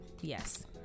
yes